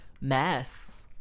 mess